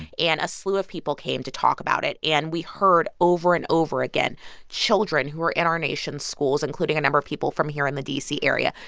and a slew of people came to talk about it. and we heard over and over again children who are in our nation's schools, including a number of people from here in the d c. area,